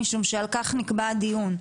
משום שעל כך נקבע הדיון.